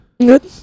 Good